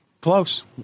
close